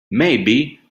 maybe